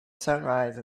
sunrise